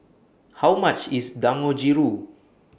How much IS Dangojiru